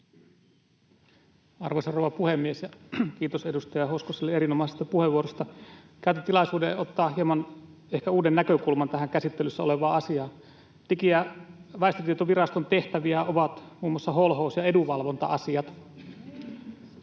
Arvoisa rouva puhemies! Kiitos edustaja Hoskoselle erinomaisesta puheenvuorosta. Käytän tilaisuuden ottaa hieman ehkä uuden näkökulman tähän käsittelyssä olevaan asiaan. Digi- ja väestötietoviraston tehtäviä ovat muun muassa holhous- ja edunvalvonta-asiat. Holhous-